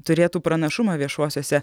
turėtų pranašumą viešuosiuose